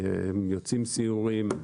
יוצאים סיורים.